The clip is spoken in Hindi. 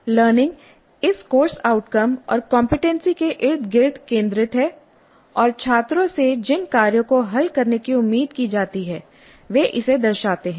लर्निंग इस कोर्स आउटकम और कमपेटेंसी के इर्द गिर्द केंद्रित है और छात्रों से जिन कार्यों को हल करने की उम्मीद की जाती है वे इसे दर्शाते हैं